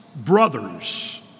Brothers